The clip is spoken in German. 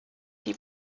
die